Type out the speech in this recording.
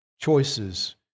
choices